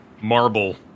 marble